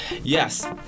Yes